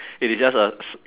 it is just a s~